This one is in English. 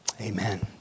Amen